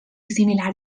similar